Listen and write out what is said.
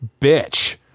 bitch